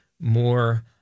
more